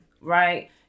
right